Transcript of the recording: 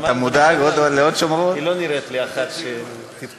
היא לא נראית לי אחת שתתפרע.